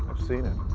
seen it.